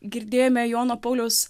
girdėjome jono pauliaus